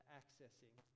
accessing